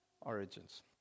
origins